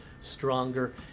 stronger